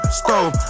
stove